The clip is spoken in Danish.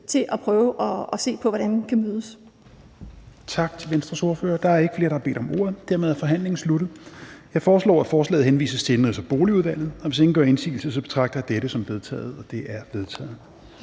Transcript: til at prøve at se på, hvordan vi kan mødes.